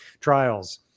trials